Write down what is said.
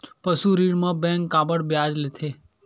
पशु ऋण म बैंक काबर ब्याज लेथे?